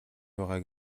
байгаа